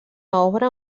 obra